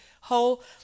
whole